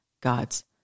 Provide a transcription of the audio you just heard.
God's